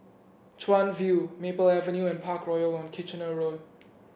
Chuan View Maple Avenue and Parkroyal on Kitchener Road